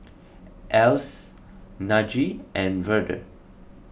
Else Najee and Verda